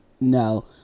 No